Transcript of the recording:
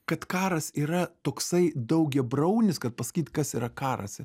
kad karas yra toksai daugiabraunis kad pasakyt kas yra karas